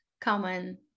common